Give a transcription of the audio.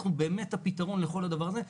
אנחנו באמת הפתרון לכל הדבר הזה.